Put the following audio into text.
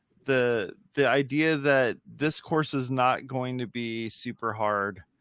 the, the idea that this course is not going to be super hard.